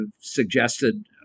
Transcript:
suggested